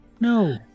no